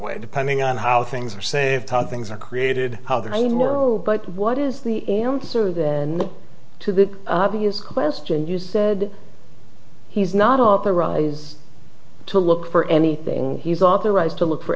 way depending on how things are saved things are created how there anymore but what is the answer then to the obvious question you said he's not authorize to look for anything he's authorized to look for